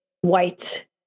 white